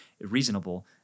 reasonable